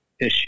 issue